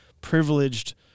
privileged